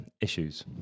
issues